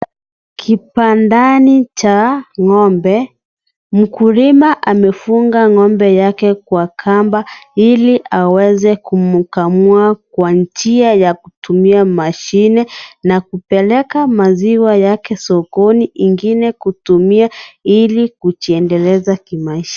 Kibandani cha ng'ombe. Mkulima amefunga ng'ombe yake kwa kamba ili aweze kumkamua kwa njia ya kutumia mashine, na kupeleka maziwa yake sokoni, ingine kutumia, ili kujiendeleza kimaisha.